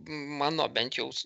mano bent jaus